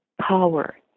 power